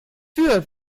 für